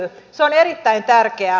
se on erittäin tärkeää